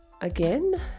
again